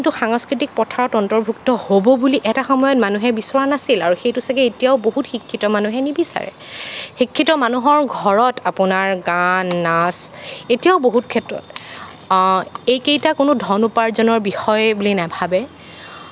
সেইবোৰ কিন্তু সাংস্কৃতিক প্ৰথাত অন্তৰ্ভুক্ত হ'ব বুলি এটা সময়ত মানুহে বিচৰা নাছিল আৰু সেইটো ছাগে এতিয়াও বহুত শিক্ষিত মানুহে নিবিচাৰে শিক্ষিত মানুহৰ ঘৰত আপোনাৰ গান নাচ এতিয়াও বহুত ক্ষেত্ৰত এইকেইটা কোনো ধন উপাৰ্জনৰ বিষয় বুলি নাভাৱে